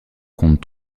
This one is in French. compte